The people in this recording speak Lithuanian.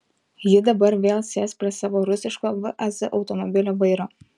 ji dabar vėl sės prie savo rusiško vaz automobilio vairo